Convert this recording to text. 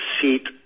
seat